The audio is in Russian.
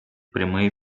прямые